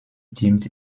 deemed